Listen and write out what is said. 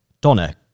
Donna